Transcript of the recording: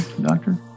doctor